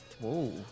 Whoa